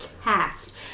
cast